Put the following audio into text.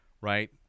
right